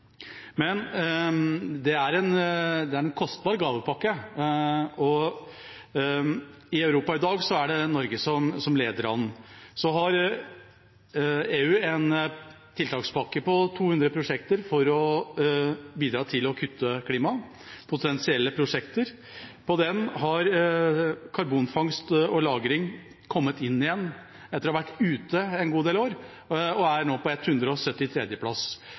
Men det er en kostbar gavepakke. I Europa i dag er det Norge som leder an. Så har EU en tiltakspakke på 200 prosjekter for å bidra til å kutte klimautslipp – potensielle prosjekter. Der har karbonfangst og -lagring kommet inn igjen etter å ha vært ute en god del år og er nå på 173. plass. Det sier noe om utfordringene vi står overfor. Her er det mangel på både kunnskap og